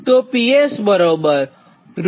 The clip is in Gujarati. તો PS બરાબર 3152